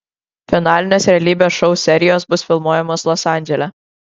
finalinės realybės šou serijos bus filmuojamos los andžele